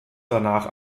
danach